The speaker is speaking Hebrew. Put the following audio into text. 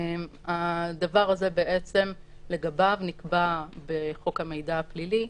לגבי הדבר הזה נקבע בחוק המידע הפלילי,